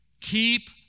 Keep